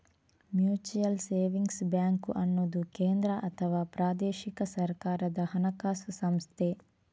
mutual savings bank ಅನ್ನುದು ಕೇಂದ್ರ ಅಥವಾ ಪ್ರಾದೇಶಿಕ ಸರ್ಕಾರದ ಹಣಕಾಸು ಸಂಸ್ಥೆ